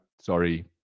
Sorry